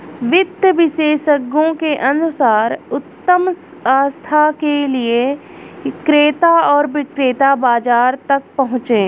वित्त विशेषज्ञों के अनुसार उत्तम आस्था के लिए क्रेता और विक्रेता बाजार तक पहुंचे